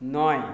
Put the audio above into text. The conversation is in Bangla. নয়